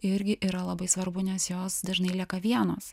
irgi yra labai svarbu nes jos dažnai lieka vienos